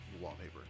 wallpaper